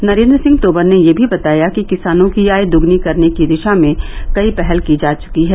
नरेन्द्र सिंह तोमर ने यह भी बताया कि किसानों की आय दुगुनी करने की दिशा में कई पहल की जा चुकी हैं